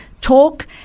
talk